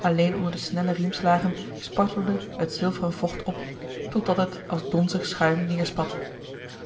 alleen onder de snelle riemslagen spartelde het zilveren vocht op totdat het als donzig schuim neêrspatte